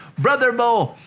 brother bo,